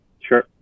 Sure